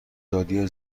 دادیا